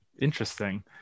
Interesting